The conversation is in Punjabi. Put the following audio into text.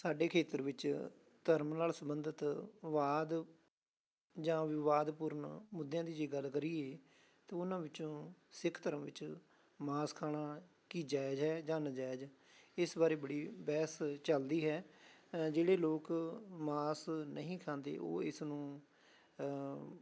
ਸਾਡੇ ਖੇਤਰ ਵਿੱਚ ਧਰਮ ਨਾਲ ਸੰਬੰਧਿਤ ਵਾਦ ਜਾਂ ਵਿਵਾਦਪੂਰਨ ਮੁੱਦਿਆਂ ਦੀ ਜੇ ਗੱਲ ਕਰੀਏ ਤਾਂ ਉਹਨਾਂ ਵਿੱਚੋਂ ਸਿੱਖ ਧਰਮ ਵਿੱਚ ਮਾਸ ਖਾਣਾ ਕੀ ਜਾਇਜ਼ ਹੈ ਜਾਂ ਨਾਜਾਇਜ਼ ਇਸ ਬਾਰੇ ਬੜੀ ਬਹਿਸ ਚੱਲਦੀ ਹੈ ਜਿਹੜੇ ਲੋਕ ਮਾਸ ਨਹੀਂ ਖਾਂਦੇ ਉਹ ਇਸ ਨੂੰ